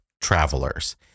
travelers